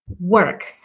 work